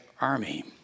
army